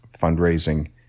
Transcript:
fundraising